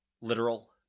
Literal